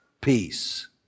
peace